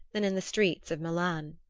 than in the streets of milan.